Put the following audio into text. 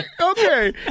Okay